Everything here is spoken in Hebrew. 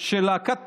של להקת תמוז,